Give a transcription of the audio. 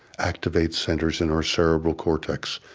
activates centers in our cerebral cortex,